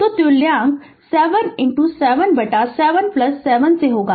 तो तुल्यांक 7 7बटा 7 7 से होगा